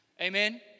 Amen